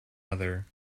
other